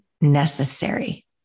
necessary